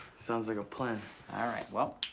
sounds like a plan. all right well,